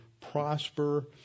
prosper